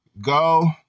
go